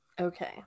Okay